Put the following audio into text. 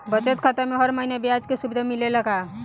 बचत खाता में हर महिना ब्याज के सुविधा मिलेला का?